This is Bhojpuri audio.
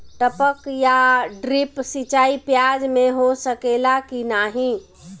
टपक या ड्रिप सिंचाई प्याज में हो सकेला की नाही?